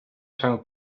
sant